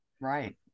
Right